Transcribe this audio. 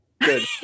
good